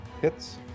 Hits